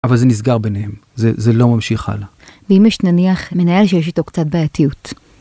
אבל זה נסגר ביניהם, זה לא ממשיך הלאה. ואם יש נניח מנהל שיש איתו קצת בעייתיות.